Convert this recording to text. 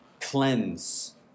cleanse